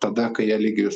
tada kai eligijus